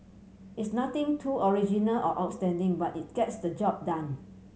it's nothing too original or outstanding but it gets the job done